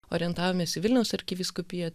orientavomės į vilniaus arkivyskupiją